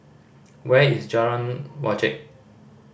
where is Jalan Wajek